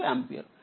కాబట్టి ఇది3